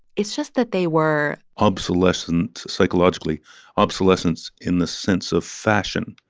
it's just that they were. obsolescent psychologically obsolescence in the sense of fashion,